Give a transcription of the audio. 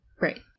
right